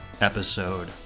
episode